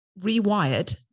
rewired